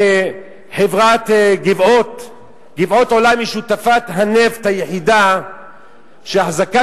חברת "גבעות עולם" היא שותפות הנפט היחידה שאחזקת